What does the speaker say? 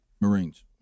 marines